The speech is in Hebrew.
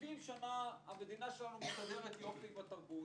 שבעים שנה המדינה שלנו מסתדרת יופי עם התרבות,